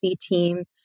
team